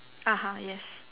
(uh huh) yes